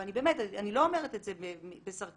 ואני לא אומרת את זה בסרקזם,